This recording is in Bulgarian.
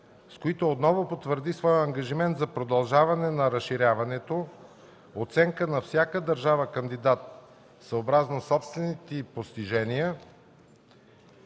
с които отново потвърди своя ангажимент за продължаване на разширяването, оценка на всяка държава кандидат съобразно собствените й постижения